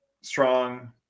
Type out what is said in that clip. strong